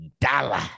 dollar